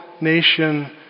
nation